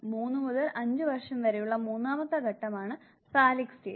3 മുതൽ 5 വർഷം വരെയുള്ള മൂന്നാമത്തെ ഘട്ടമാണ് ഫാലിക് സ്റ്റേജ്